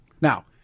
Now